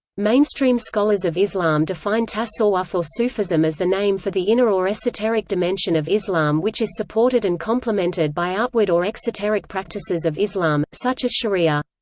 mainstream scholars of islam define tasawwuf or sufism as the name for the inner or esoteric dimension of islam which is supported and complemented by outward or exoteric practices of islam, such as sharia.